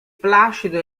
placido